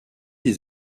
des